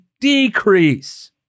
decrease